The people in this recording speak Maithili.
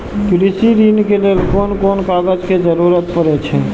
कृषि ऋण के लेल कोन कोन कागज के जरुरत परे छै?